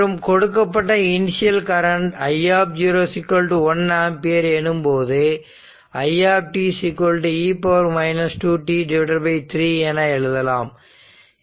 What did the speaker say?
மற்றும் கொடுக்கப்பட்ட initial current i 1 ampere எனும்போது i e 2t3 என எழுதலாம்